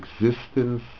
existence